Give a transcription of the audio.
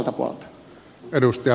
arvoisa puhemies